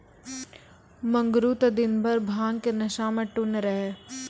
मंगरू त दिनभर भांग के नशा मॅ टुन्न रहै